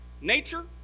nature